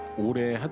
older,